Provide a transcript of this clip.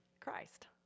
Christ